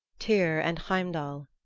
tyr and heimdall,